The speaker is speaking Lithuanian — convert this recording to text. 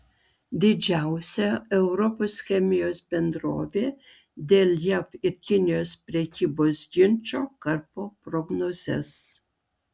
didžiausia europos chemijos bendrovė dėl jav ir kinijos prekybos ginčo karpo prognozes